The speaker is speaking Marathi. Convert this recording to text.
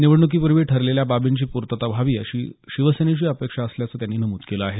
निवडणुकीपुर्वी ठरलेल्या बाबींची पूर्तता व्हावी अशी शिवसेनेची अपेक्षा असल्याचं त्यांनी नमुद केलं आहे